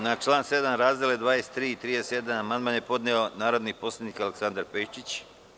Na član 7. razdele 23 i 37 amandman je podneo narodni poslanik Aleksandar Pejčić.